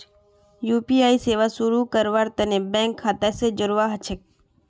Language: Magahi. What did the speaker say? यू.पी.आई सेवा शुरू करवार तने बैंक खाता स जोड़वा ह छेक